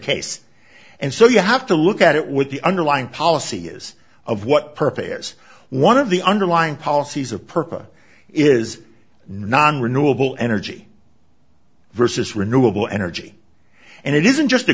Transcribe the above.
case and so you have to look at it with the underlying policy is of what purposes one of the underlying policies of purpose is nonrenewable energy versus renewable energy and it isn't just a